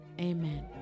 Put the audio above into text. amen